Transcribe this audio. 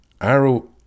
arrow